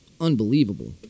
unbelievable